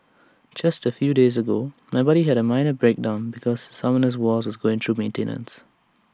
just A few days ago my buddy had A minor breakdown because Summoners war was going through maintenance